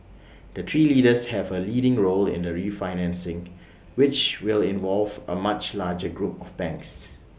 the three leaders have A leading role in the refinancing which will involve A much larger group of banks